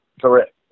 Correct